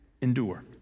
endure